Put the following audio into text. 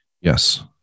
Yes